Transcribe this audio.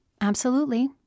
Absolutely